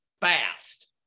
fast